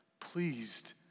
pleased